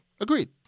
Agreed